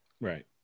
Right